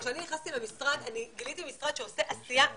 כשאני נכנסתי למשרד גיליתי משרד שעושה עשייה מדהימה.